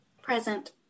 Present